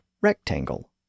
rectangle